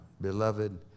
Beloved